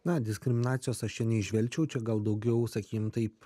na diskriminacijos aš čia neįžvelgčiau čia gal daugiau sakykim taip